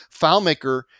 FileMaker